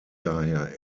daher